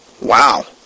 Wow